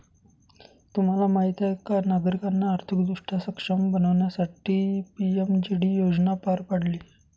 तुम्हाला माहीत आहे का नागरिकांना आर्थिकदृष्ट्या सक्षम बनवण्यासाठी पी.एम.जे.डी योजना पार पाडली